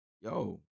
yo